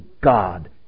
God